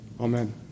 Amen